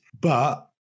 But-